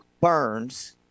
Burns